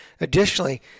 Additionally